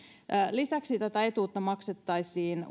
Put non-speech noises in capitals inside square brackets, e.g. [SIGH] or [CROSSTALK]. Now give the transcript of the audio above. lisäksi tätä etuutta maksettaisiin [UNINTELLIGIBLE]